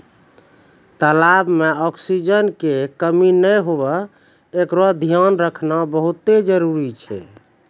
तलाब में ऑक्सीजन के कमी नै हुवे एकरोॅ धियान रखना बहुत्ते जरूरी छै